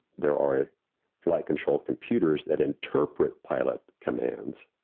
there are ah flight control computers that interpret pilot commands,